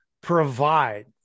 provide